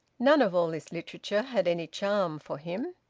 none of all this literature had any charm for him.